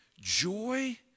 Joy